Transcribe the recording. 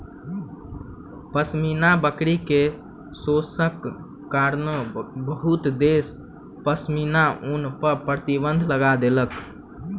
पश्मीना बकरी के शोषणक कारणेँ बहुत देश पश्मीना ऊन पर प्रतिबन्ध लगा देलक